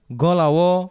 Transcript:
golawo